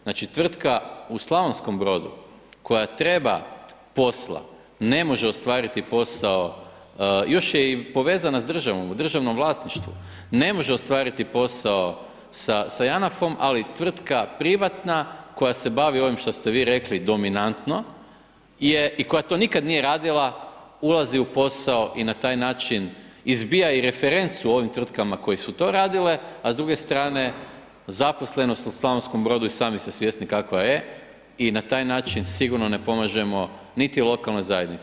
Znači tvrtka u Slavonskom Brodu koja treba posla ne može ostvariti posao, još je i povezana s državom u državnom vlasništvu ne može ostvariti posao sa JANAF-om, ali tvrtka privatna koja se bavi ovim što ste vi rekli dominantno i koja to nikada nije radila ulazi u posao i na taj način izbija i referencu ovim tvrtkama koje su to radile, a s druge strane zaposlenost u Slavonskom Brodu i sami ste svjesni kako je i na taj način sigurno ne pomažemo niti lokalnoj zajednici.